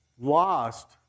lost